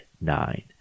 nine